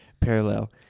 Parallel